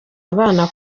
abana